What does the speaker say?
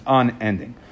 unending